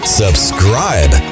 subscribe